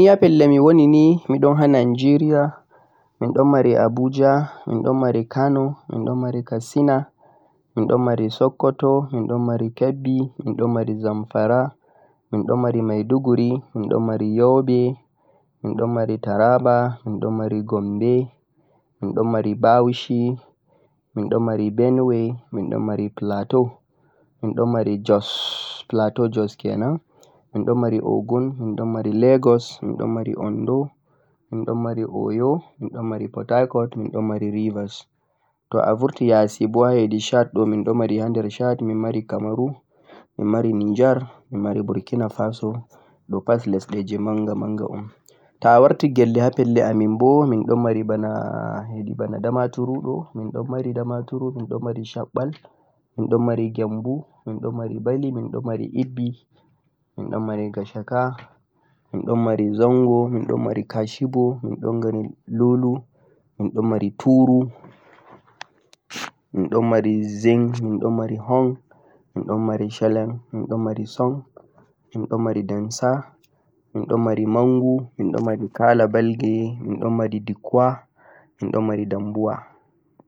Gure nii hamiwoni ha Nigeria wodi, Abuja, Kano, Katsina, sokoto, kebbi, zamfara, maiduguri, Yobe, Taraba, Gombe, Bauchi, Benue, Jos, Ogun, Lagos, ondo, Oyo. To'a vurti ha lesdi yasi boo wodi cameroon, niger, burkina faso. To'a warti ha gelle pamare bo wodi Damaturu, shabbal, Gembu, Bali, Ibbi, Gashaka, Zango, kashibu, lulu, turuu, Zing, Hong, Sheleng, Song, Demsa, mangu, Kalabalge, Dikkwa be Dambuwa.